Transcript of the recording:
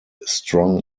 strong